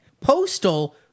Postal